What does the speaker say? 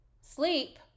sleep